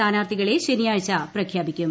സ്ഥാനാർത്ഥികളെ ശനിയാഴ്ച പ്രഖ്യാപിക്കും